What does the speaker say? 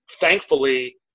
thankfully